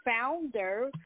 founder